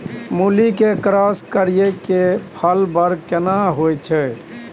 मूली के क्रॉस करिये के फल बर केना होय छै?